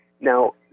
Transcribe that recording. Now